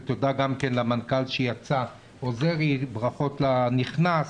ותודה גם למנכ"ל שיצא עוזרי וברכות לנכנסת.